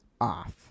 off